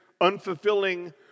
unfulfilling